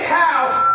house